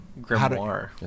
grimoire